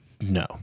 No